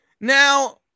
Now